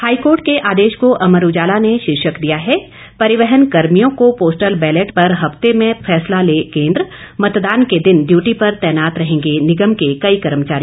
high court के आदेश को अमर उजाला ने शीर्षक दिया है परिवहन कर्मियों को पोस्टल बैलेट पर हफ्ते में फैसला ले केन्द्र मतदान के दिन ड्यूटी पर तैनात रहेंगे निगम के कई कर्मचारी